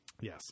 Yes